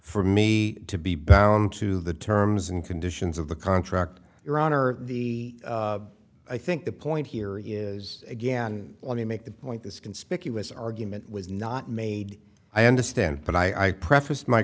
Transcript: for me to be bound to the terms and conditions of the contract your honor the i think the point here he is again let me make the point this conspicuous argument was not made i understand but i